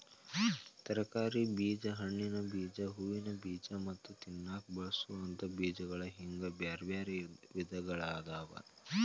ತರಕಾರಿ ಬೇಜ, ಹಣ್ಣಿನ ಬೇಜ, ಹೂವಿನ ಬೇಜ ಮತ್ತ ತಿನ್ನಾಕ ಬಳಸೋವಂತ ಬೇಜಗಳು ಹಿಂಗ್ ಬ್ಯಾರ್ಬ್ಯಾರೇ ವಿಧಗಳಾದವ